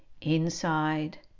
inside